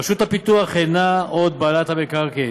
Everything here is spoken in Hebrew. רשות הפיתוח אינה עוד בעלת המקרקעין,